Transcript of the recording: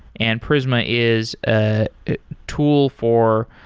and prisma is a tool for,